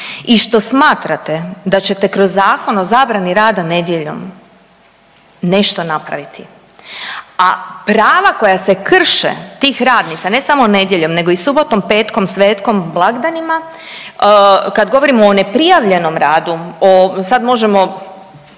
i što smatrate da ćete kroz Zakon o zabrani rada nedjeljom nešto napraviti, a prava koja se krše tih radnica ne samo nedjeljom, nego i subotom, petkom, svetkom, blagdanima kada govorimo o neprijavljenom radu, o sada možemo,